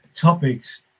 topics